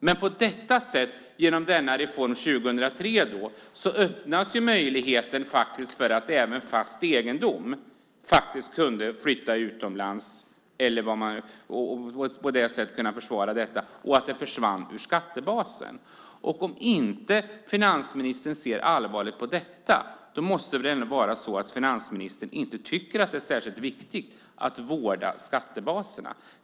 Men genom reformen 2003 öppnades möjligheten att också så att säga flytta fast egendom utomlands - eller vad man ska kalla det - så att den därigenom försvann ur skattebasen. Om finansministern inte ser allvarligt på detta kan han inte gärna tycka att det är särskilt viktigt att vårda skattebasen.